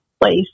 place